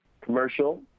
Commercial